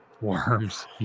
Worms